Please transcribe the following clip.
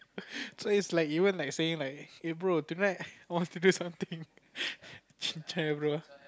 so it's like even like saying like eh bro tonight want to do something chin-cai bro